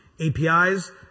APIs